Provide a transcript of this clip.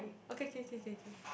okay okay okay okay okay